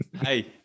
Hey